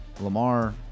Lamar